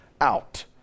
out